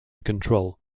control